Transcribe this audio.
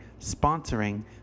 sponsoring